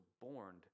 born